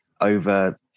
over